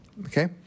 okay